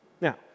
Now